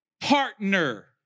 Partner